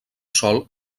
sol